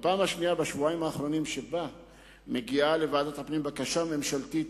הפעם השנייה בשבועיים האחרונים שבה מגיעה לוועדת הפנים בקשה ממשלתית